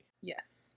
Yes